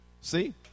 See